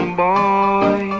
boy